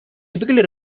typically